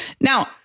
Now